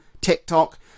TikTok